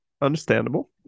Understandable